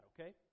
okay